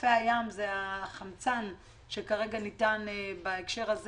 חופי הים זה החמצן שכרגע ניתן בהקשר הזה